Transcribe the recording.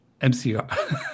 MCR